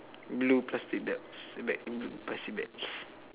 blue plastic belts bags plastic bags